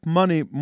money